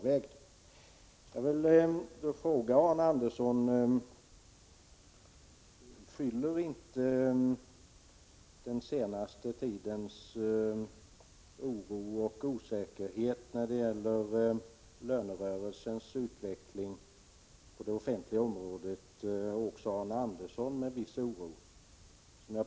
Jag vill fråga Arne Andersson: Fyller inte den senaste tidens villrådighet och osäkerhet när det gäller lönerörelsens utveckling på det offentliga området också Arne Andersson med en viss oro?